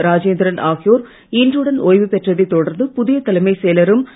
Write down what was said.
ராஜேந்திரன் ஆகியோர் இன்றுடன் ஒய்வு பெற்றதைத் தொடர்ந்து புதிய தலைமைச் செயலரும் பொறுப்பேற்றனர்